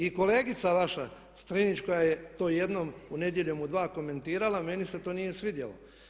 I kolegica vaša Strinić koja je to jednom u "Nedjeljom u 2" komentirala meni se to nije svidjelo.